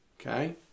Okay